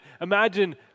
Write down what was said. imagine